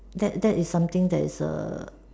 that that is something that is a